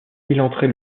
entrait